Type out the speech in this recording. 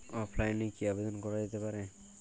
অফলাইনে কি আবেদন করা যেতে পারে?